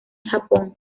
japón